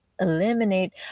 eliminate